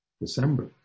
December